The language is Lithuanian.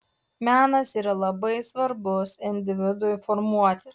menas yra labai svarbus individui formuotis